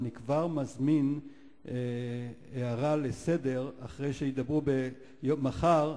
אני כבר מזמין הערה לסדר אחרי שידברו מחר,